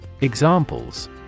Examples